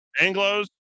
Anglos